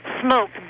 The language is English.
smoke